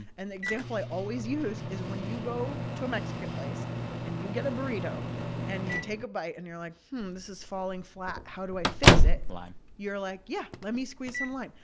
an example i always use is when you go to a mexican place and you get a burrito and you take a bite and you're like, this is falling flat. how do i fix it? lime you're like yeah. let me squeeze some lime.